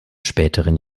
späteren